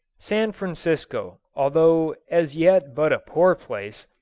san francisco, although as yet but a poor place,